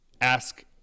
ask